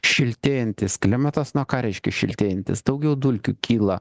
šiltėjantis klimatas nu o ką reiškia šiltėjantis daugiau dulkių kyla